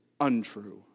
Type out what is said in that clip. untrue